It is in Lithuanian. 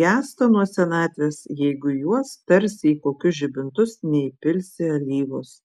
gęsta nuo senatvės jeigu į juos tarsi į kokius žibintus neįpilsi alyvos